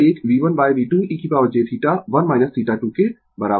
Refer Slide Time 2648 और यह एक V1V2e jθ 1 θ2 के बराबर है